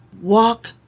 walk